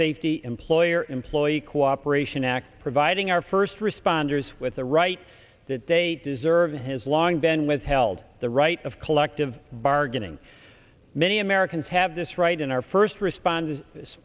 safety employer employee cooperation act providing our first responders with the rights that they deserve his long been withheld the right of collective bargaining many americans have this right in our first responders